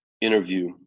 interview